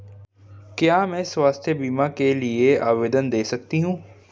क्या मैं स्वास्थ्य बीमा के लिए आवेदन दे सकती हूँ?